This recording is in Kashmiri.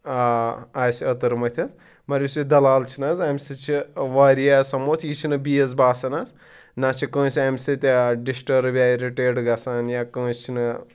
آ آسہِ أتٕر مٔتِتھ مگر یُس یہِ دَلال چھِنہٕ حظ اَمہِ سۭتۍ چھِ واریاہ سَموتھ یہِ چھِنہٕ بیٚیِس باسان حظ نَہ چھِ کٲنٛسہِ اَمہِ سۭتۍ ڈِسٹٲرٕب یا اِرِٹیٹ گژھان یا کٲنٛسہِ چھِنہٕ